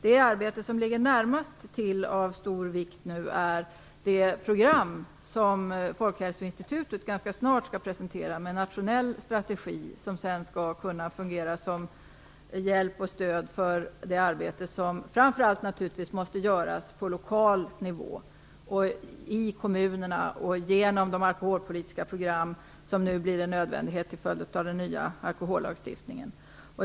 Det arbete av stor vikt som ligger närmast till är det program som Folkhälsoinstitutet ganska snart skall presentera, med en nationell strategi. Det skall sedan kunna fungera som hjälp och stöd för det arbete som måste göras framför allt på lokal nivå i kommunerna och genom de alkoholpolitiska program som nu blir en nödvändighet till följd av den nya alkohollagstiftningen.